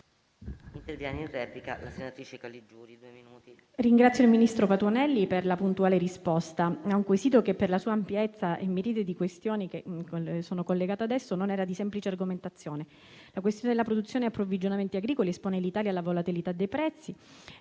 ringrazio il ministro Patuanelli per la puntuale risposta a un quesito che, per la sua ampiezza e la miriade di questioni ad esso collegate, non era di semplice argomentazione. La questione della produzione e approvvigionamenti agricoli espone l'Italia alla volatilità dei prezzi